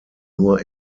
nur